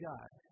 God